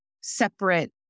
separate